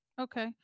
Okay